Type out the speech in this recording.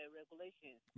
regulations